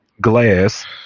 glass